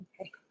Okay